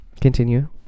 continue